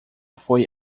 foi